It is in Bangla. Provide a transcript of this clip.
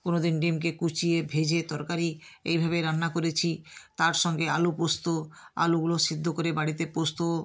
কোনওদিন ডিমকে কুঁচিয়ে ভেজে তরকারি এইভাবেই রান্না করেছি তার সঙ্গে আলু পোস্ত আলুগুলো সিদ্ধ করে বাড়িতে পোস্ত